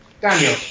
Daniel